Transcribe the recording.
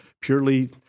purely